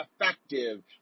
effective